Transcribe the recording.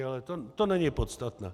Ale to není podstatné.